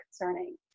concerning